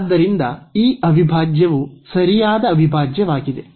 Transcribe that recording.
ಆದ್ದರಿಂದ ಈ ಅವಿಭಾಜ್ಯವು ಸರಿಯಾದ ಅವಿಭಾಜ್ಯವಾಗಿದೆ